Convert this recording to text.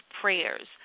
prayers